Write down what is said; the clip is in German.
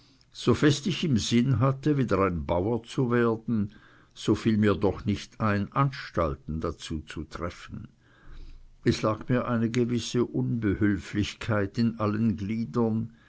so fest ich im sinne hatte wieder ein bauer zu werden so fiel mir doch nicht ein anstalten dazu zu treffen es lag mir eine gewisse unbehülflichkeit in allen gliedern